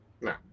No